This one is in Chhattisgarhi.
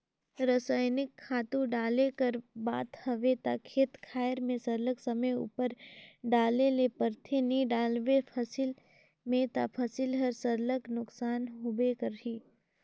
रसइनिक खातू डाले कर बात हवे ता खेत खाएर में सरलग समे उपर डाले ले परथे नी डालबे फसिल में ता फसिल हर सरलग नोसकान होबे करही